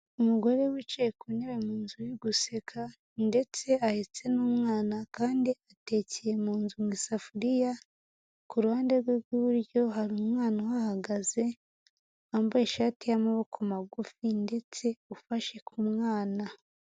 Umugore wicaye ku ntebe mu nzu uri guseka ndetse ahetse n'umwana kandi atekeye mu nzu mu isafuriya, kuruhande rwe rw'iburyo hari umwana uhagaze wambaye ishati y'amaboko magufi ndetse ufashe ku mwana.